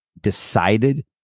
decided